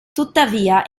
tuttavia